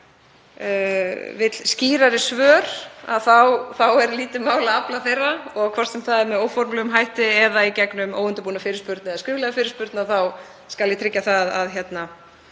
vill skýrari svör þá er lítið mál að afla þeirra og hvort sem það er með óformlegum hætti eða í gegnum óundirbúna fyrirspurn eða skriflega fyrirspurn þá skal ég tryggja það að vera